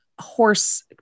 horse